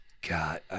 God